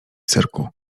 cyrku